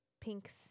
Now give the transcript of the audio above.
pinks